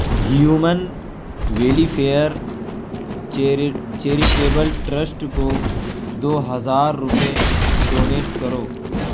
human welfare charitable trust کو دو ہزار روپئے ڈونیٹ کرو